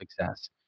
success